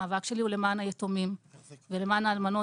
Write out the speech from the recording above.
המאבק שלי הוא למען היתומים ולמען האלמנות.